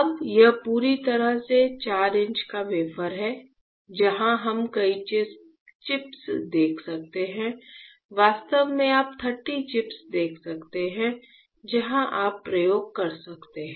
अब यह पूरी तरह से 4 इंच का वेफर है जहां हम कई चिप्स देख सकते हैं वास्तव में आप 30 चिप्स देख सकते हैं जहां आप प्रयोग कर सकते हैं